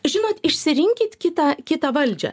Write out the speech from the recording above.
žinot išsirinkit kitą kitą valdžią